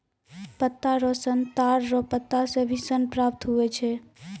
पत्ता रो सन ताड़ रो पत्ता से भी सन प्राप्त हुवै छै